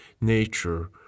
nature